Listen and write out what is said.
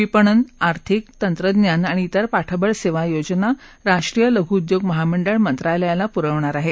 विपणन आर्थिक तंत्रज्ञान आणि विर पाठबळ सेवा योजना राष्ट्रीय लघ्उद्योग महामंडळ मंत्रालयाला प्रवणार आहे